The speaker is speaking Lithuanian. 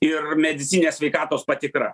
ir medicininės sveikatos patikra